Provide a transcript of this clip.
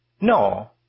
No